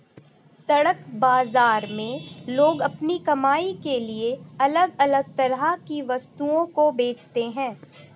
सड़क बाजार में लोग अपनी कमाई के लिए अलग अलग तरह की वस्तुओं को बेचते है